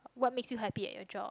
what makes you happy at your job